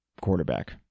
quarterback